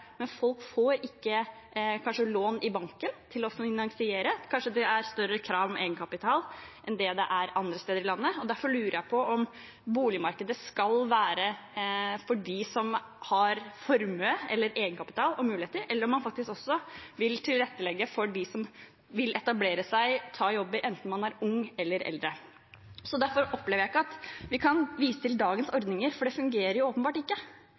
men folk får kanskje ikke lån i banken til å finansiere – kanskje det er større krav om egenkapital enn det det er andre steder i landet. Derfor lurer jeg på om boligmarkedet skal være for dem som har formue eller egenkapital og muligheter, eller om man faktisk også vil tilrettelegge for dem som vil etablere seg og ta jobb, enten man er ung eller eldre. Derfor opplever jeg ikke at vi kan vise til dagens ordninger, for de fungerer åpenbart ikke.